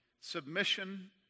submission